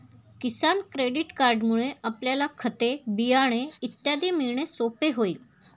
किसान credit कार्डमुळे आपल्याला खते, बियाणे इत्यादी मिळणे सोपे होईल